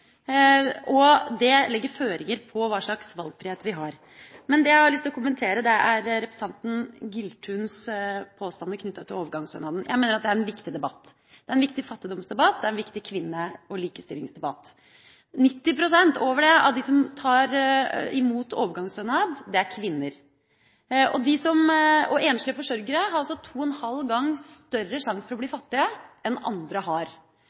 og det legger føringer på hva slags valgfrihet vi har. Men det jeg har lyst til å kommentere, er representanten Giltuns påstander knyttet til overgangsstønaden. Jeg mener at det er en viktig debatt. Det er en viktig fattigdomsdebatt, og det er en viktig kvinne- og likestillingsdebatt. Over 90 pst. av dem som tar imot overgangsstønad, er kvinner. Enslige forsørgere har to og en halv gang større sjanse for å bli fattige enn andre har.